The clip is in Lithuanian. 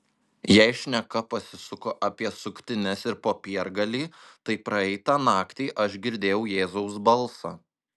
jei šneka pasisuko apie suktines ir popiergalį tai praeitą naktį aš girdėjau jėzaus balsą